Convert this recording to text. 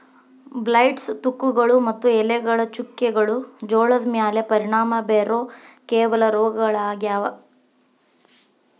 blights, ತುಕ್ಕುಗಳು ಮತ್ತು ಎಲೆಗಳ ಚುಕ್ಕೆಗಳು ಜೋಳದ ಮ್ಯಾಲೆ ಪರಿಣಾಮ ಬೇರೋ ಕೆಲವ ರೋಗಗಳಾಗ್ಯಾವ